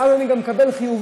ואז אני גם מקבל חיובים,